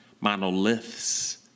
monoliths